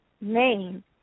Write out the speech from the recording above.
name